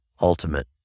ultimate